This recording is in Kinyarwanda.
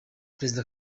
perezida